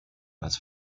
als